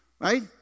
Right